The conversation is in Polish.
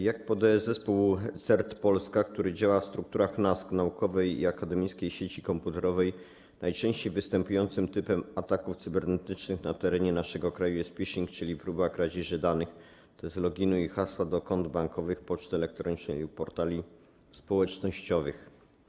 Jak podaje zespół CERT Polska, który działa w strukturach NASK, Naukowej i Akademickiej Sieci Komputerowej, najczęściej występującym typem ataków cybernetycznych na terenie naszego kraju jest phishing, czyli próba kradzieży danych, tj. loginu i hasła do kont bankowych, poczty elektronicznej i portali społecznościowych.